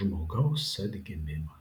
žmogaus atgimimą